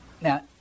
now